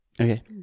Okay